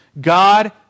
God